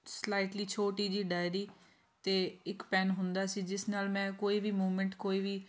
slightly ਛੋਟੀ ਜਿਹੀ diary ਅਤੇ ਇੱਕ ਪੈੱਨ ਹੁੰਦਾ ਸੀ ਜਿਸ ਨਾਲ ਮੈਂ ਕੋਈ ਵੀ ਮੂਵਮੈਂਟ ਕੋਈ ਵੀ